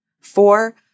Four